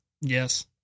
yes